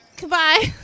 Goodbye